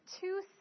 two